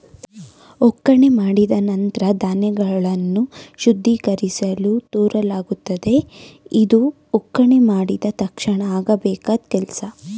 ಒಕ್ಕಣೆ ಮಾಡಿದ ನಂತ್ರ ಧಾನ್ಯಗಳನ್ನು ಶುದ್ಧೀಕರಿಸಲು ತೂರಲಾಗುತ್ತದೆ ಇದು ಒಕ್ಕಣೆ ಮಾಡಿದ ತಕ್ಷಣ ಆಗಬೇಕಾದ್ ಕೆಲ್ಸ